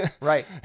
Right